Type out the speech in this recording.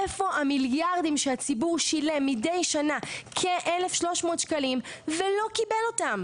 איפה המיליארדים שהציבור שילם מידי שנה כ-1,300 שקלים ולא קיבל אותם?